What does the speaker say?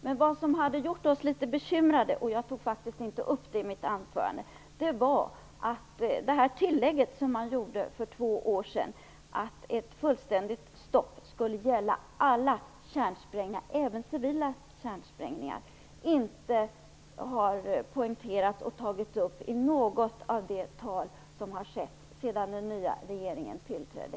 Men vad som gjorde oss lite bekymrade - jag tog faktiskt inte upp det i mitt anförande - var att tillägget som man gjorde för två år sedan om att ett fullständigt stopp skulle gälla alla kärnsprängningar, även civila, inte har poängterats och tagits upp i något av de tal som hållits sedan den nya regeringen tillträdde.